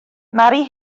mari